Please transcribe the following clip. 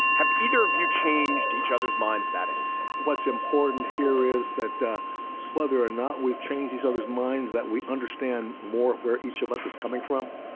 have either of you changed each other's minds about anything? what's important here is that whether or not we've changed each other's minds, that we understand more where each of us is coming from.